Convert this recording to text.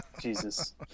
jesus